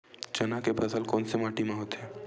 चना के फसल कोन से माटी मा होथे?